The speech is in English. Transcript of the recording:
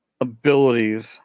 abilities